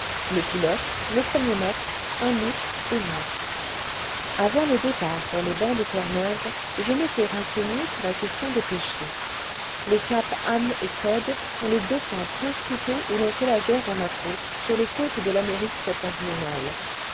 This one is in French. le pilote le premier maître un mousse et moi avant le départ pour les bancs de terre-neuve je m'étais renseigné sur la question des pêcheries les caps anne et cod sont les deux points principaux où l'on fait la guerre au maquereau sur les côtes de l'amérique septentrionale